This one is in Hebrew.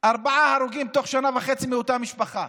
ארבעה הרוגים בתוך שנה וחצי מאותה משפחה.